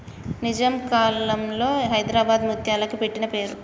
నిజాం కాలంలో హైదరాబాద్ ముత్యాలకి పెట్టిన పేరు